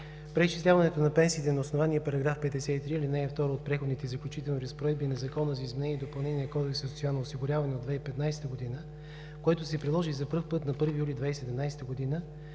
преизчисляването на пенсиите на основание § 53, ал. 2 от Преходните и заключителни разпоредби на Законопроекта за изменение и допълнение на Кодекса за социално осигуряване от 2015 г., който се приложи за първи път на 1 юли 2017 г.,